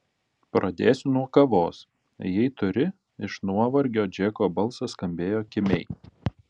pradėsiu nuo kavos jei turi iš nuovargio džeko balsas skambėjo kimiai